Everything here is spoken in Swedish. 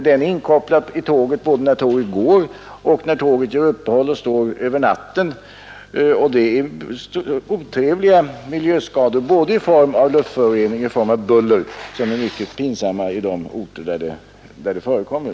Denna anordning är inkopplad både när tåget går och när det gör uppehåll över natten. Därigenom uppstår otrevliga miljöstörningar både i form av luftförorening och i form av buller, vilka är mycket pinsamma på de orter där de förekommer.